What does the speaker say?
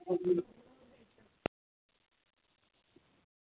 अ